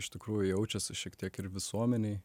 iš tikrųjų jaučiasi šiek tiek ir visuomenėj